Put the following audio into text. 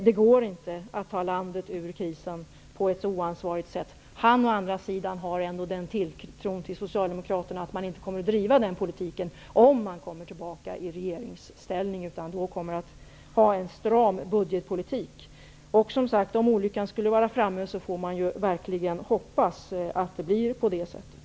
Det går inte att ta landet ur krisen på ett oansvarigt sätt. Han har ändå den tilltron till Socialdemokraterna att de, om de kommer tillbaka i regeringsställning, inte kommer att driva en sådan politik, utan att de då kommer att föra en stram budgetpolitik. Som sagt, om olyckan skulle vara framme, får man verkligen hoppas att det blir på det sättet.